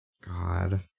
God